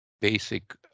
basic